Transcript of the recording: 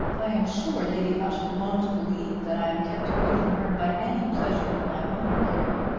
i am sure lady ushant won't believe that i am kept away from her by any pleasure of my own here.